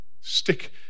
stick